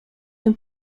tym